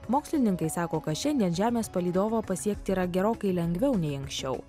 mokslininkai sako kad šiandien žemės palydovą pasiekti yra gerokai lengviau nei anksčiau